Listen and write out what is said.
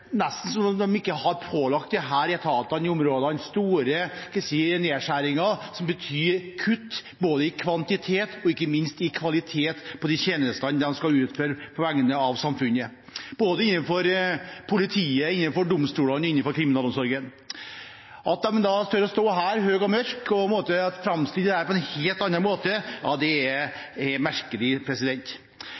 nesten som om de ikke har pålagt disse etatene i områdene store nedskjæringer, som betyr kutt både i kvantitet og ikke minst i kvalitet på de tjenestene de skal utføre på vegne av samfunnet – både innenfor politiet, innenfor domstolene og innenfor kriminalomsorgen. At de da tør å stå her høye og mørke og framstille dette på en helt annen måte, er merkelig. Hvem som helst kan spørre seg – se på Retriever på Stortinget. Alle de